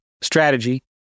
strategy